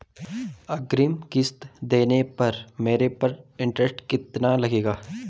अग्रिम किश्त देने पर मेरे पर इंट्रेस्ट कितना लगेगा?